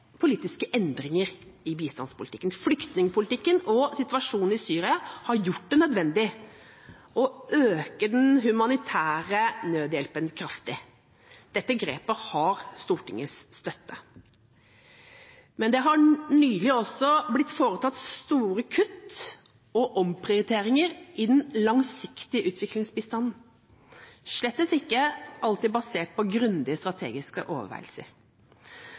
politiske endringer i bistandspolitikken. Flyktningpolitikken og situasjonen i Syria har gjort det nødvendig å øke den humanitære nødhjelpen kraftig. Dette grepet har Stortingets støtte. Men det har nylig også blitt foretatt store kutt og omprioriteringer i den langsiktige utviklingsbistanden, slettes ikke alltid basert på grundige strategiske